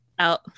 out